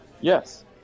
Yes